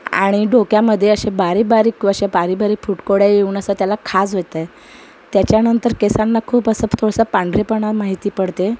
आणि डोक्यामध्ये असे बारीकबारीक असे बारी बारी फुटकुड्या येऊन असा त्याला खाज येतय त्याच्यानंतर केसांना खूप असं थोडसं पांढरेपणा माहिती पडते